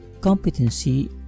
competency